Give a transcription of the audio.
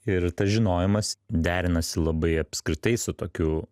ir tas žinojimas derinasi labai apskritai su tokiu